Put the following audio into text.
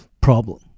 problem